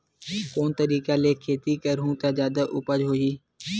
कोन तरीका ले खेती करहु त जादा उपज होही?